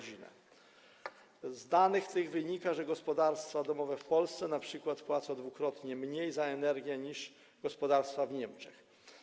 Z danych tych wynika, że gospodarstwa domowe w Polsce np. płacą dwukrotnie mniej za energię niż gospodarstwa w Niemczech.